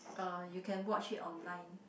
uh you can watch it online